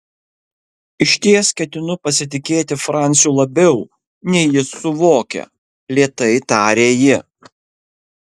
išties ketinu pasitikėti franciu labiau nei jis suvokia lėtai tarė ji